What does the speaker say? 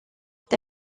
est